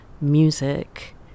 music